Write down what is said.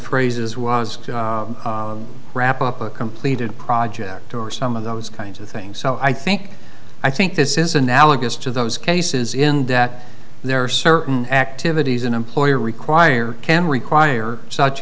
phrases was wrap up a completed project or some of those kinds of things so i think i think this is analogous to those cases in that there are certain activities an employer required can require such